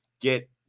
get